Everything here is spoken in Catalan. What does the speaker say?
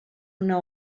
una